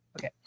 Okay